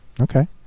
Okay